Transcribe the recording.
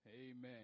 Amen